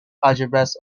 algebras